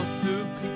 soup